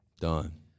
Done